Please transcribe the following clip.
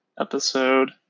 episode